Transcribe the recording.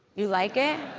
you like it?